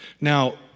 Now